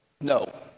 No